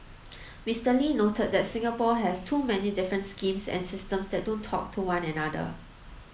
Mister Lee noted that Singapore has too many different schemes and systems that don't talk to one another